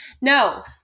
No